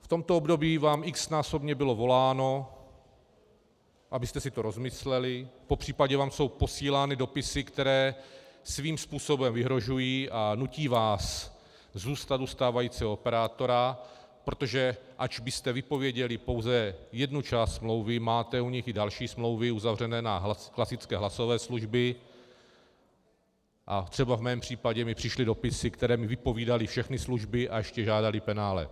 V tomto období vám xnásobně bylo voláno, abyste si to rozmysleli, popřípadě jsou vám posílány dopisy, které svým způsobem vyhrožují a nutí vás zůstat u stávajícího operátora, protože až byste vypověděli pouze jednu část smlouvy, máte u něj i další smlouvy uzavřené na klasické hlasové služby a třeba v mém případě mi přišly dopisy, které mi vypovídaly všechny služby a ještě žádaly penále.